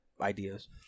ideas